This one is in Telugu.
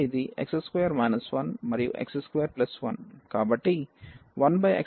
అందువల్ల ఇది x2 1 మరియు x21 కాబట్టి 1x2 11x2 1 కాబట్టి ఇది ఖచ్చితంగా 2x2x4 1